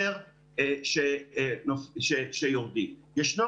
קריסת בתי החולים דוח מבקר המדינה 69ב. המדובר בישיבת